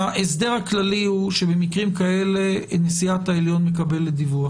ההסדר הכללי הוא שבמקרים כאלה נשיאת העליון מקבלת דיווח.